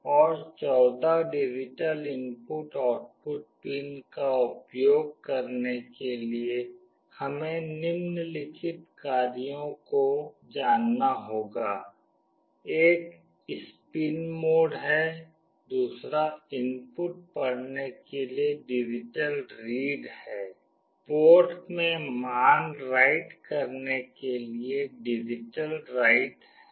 और 14 digital input output pin का उपयोग करने के लिए हमें निम्नलिखित कार्यों को जानना होगा एक स्पिन मोड है दूसरा इनपुट पढ़ने के लिए डिजिटल रीड है पोर्ट में मान राइट करने के लिए डिजिटल राइट है